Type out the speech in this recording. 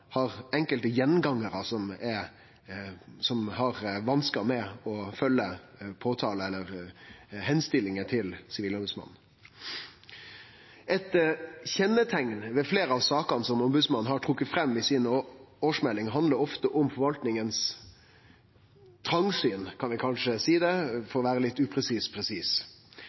har enkelte gjengangarar som har vanskar med å følgje påtalar eller oppmodingar frå Sivilombodsmannen. Eit kjenneteikn ved fleire av sakene Ombodsmannen har trekt fram i årsmeldinga, er at dei ofte handlar om trongsynet hos forvaltninga, kan vi kanskje seie – for å vere litt upresist presis.